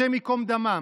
השם ייקום דמם,